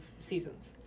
seasons